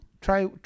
Try